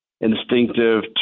instinctive